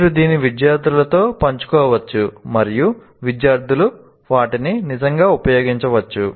మీరు దీన్ని విద్యార్థులతో పంచుకోవచ్చు మరియు విద్యార్థులు వాటిని నిజంగా ఉపయోగించవచ్చు